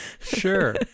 Sure